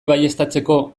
baieztatzeko